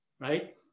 right